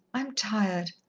i'm tired.